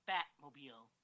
Batmobile